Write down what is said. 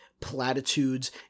platitudes